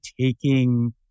taking